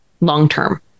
long-term